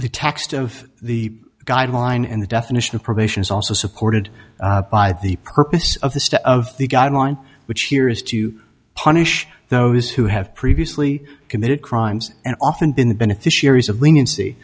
the text of the guideline and the definition of probation is also supported by the purpose of the steps of the guideline which here is to punish those who have previously committed crimes and often been the beneficiaries of leniency